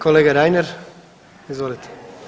Kolega Reiner, izvolite.